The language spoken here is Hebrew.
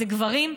זה גברים,